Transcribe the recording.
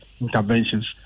interventions